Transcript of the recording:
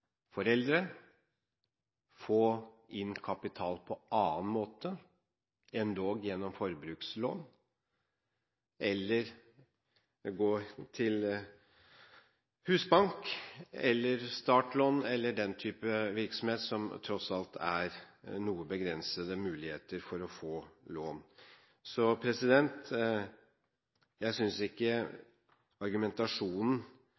foreldre eller få inn kapital på annen måte – endog gjennom forbrukslån – eller gå til husbank, ta opp startlån eller ty til den typen virksomhet som tross alt innebærer noe begrensede muligheter for å få lån. Jeg